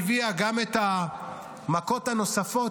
-- שהביאה גם את המכות הנוספות,